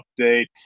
update